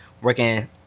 working